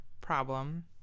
problem